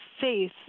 faith